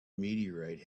meteorite